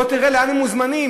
בוא תראה לאן הם מוזמנים,